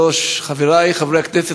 חברי חברי הכנסת,